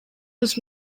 was